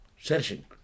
searching